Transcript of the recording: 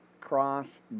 cross